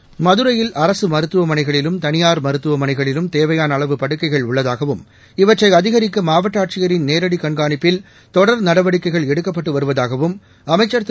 seconds மதுரையில் அரசு மருத்துவமனைகளிலும் தனியார் மருத்துவமனைகளிலும் தேவையான அளவு படுக்கைகள் உள்ளதாகவும் இவற்றை அதிகரிக்க மாவட்ட ஆட்சியரின் நேரடி கண்காணிப்பில் தொடர் நடவடிக்கைகள் எடுக்கப்பட்டு வருவதாகவும் அமைச்சர் திரு